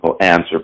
answer